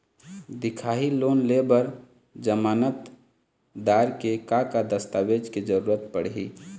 दिखाही लोन ले बर जमानतदार के का का दस्तावेज के जरूरत पड़ही?